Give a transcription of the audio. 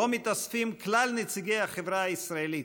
שבו מתאספים כלל נציגי החברה הישראלית,